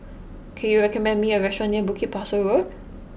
can you recommend me a restaurant near Bukit Pasoh Road